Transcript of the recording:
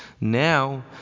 Now